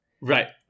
Right